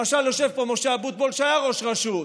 למשל, יושב פה משה אבוטבול, שהיה ראש רשות: